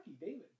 David